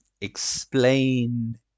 explain